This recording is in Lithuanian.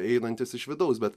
einantis iš vidaus bet